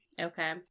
Okay